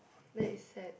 that is sad